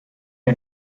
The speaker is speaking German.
ein